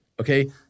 okay